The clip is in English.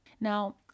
Now